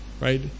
Right